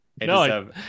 No